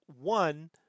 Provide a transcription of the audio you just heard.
one